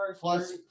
Plus